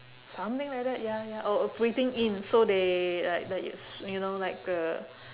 something like that ya ya oh breathing in so they like the yes you know like uh